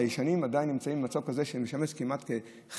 הישנים עדיין נמצאים במצב כזה שהם משמשים כמעט כחרב,